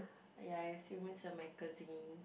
ya I assume it's a magazine